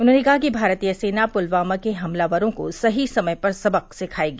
उन्होंने कहा कि भारतीय सेना पुलवामा के हमलावरों को सही समय पर सबक सिखाएगी